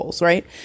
Right